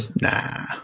Nah